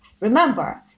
remember